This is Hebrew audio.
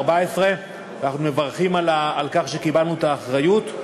2014. אנחנו מברכים על כך שקיבלנו את האחריות.